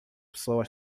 pessoas